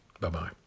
Bye-bye